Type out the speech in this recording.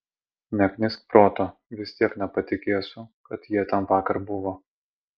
neknisk proto vis tiek nepatikėsiu kad jie ten vakar buvo